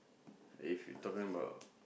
and if you talking about